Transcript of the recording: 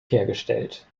hergestellt